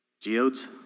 geodes